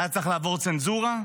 הייתה צריכה לעבור צנזורה,